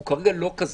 הוא כרגע לא כזה.